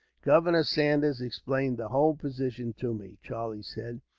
governor saunders explained the whole position to me, charlie said.